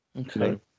Okay